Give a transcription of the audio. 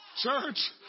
church